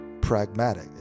Pragmatic